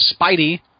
Spidey